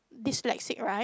dyslexic right